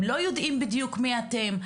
הם לא יודעים בדיוק מי אתם.